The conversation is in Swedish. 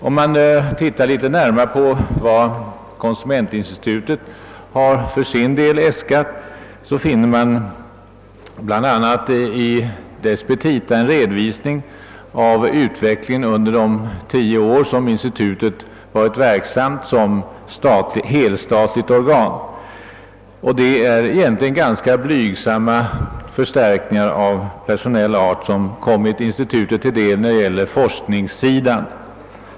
Om man ser litet närmare på vad konsumentinstitutet för sin del har äskat, finner man bl.a. i dess petita en redovisning av utvecklingen under de tio år som institutet varit verksamt som helstatligt organ. Det är egentligen ganska blygsamma förstärkningar av personell art som kommit institutet till del på forskningssidan.